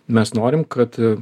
mes norim kad